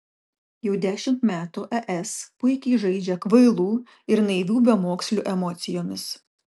jau dešimt metų es puikiai žaidžia kvailų ir naivių bemokslių emocijomis